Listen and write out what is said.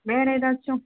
வேறு எதாச்சும்